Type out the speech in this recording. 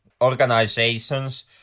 organizations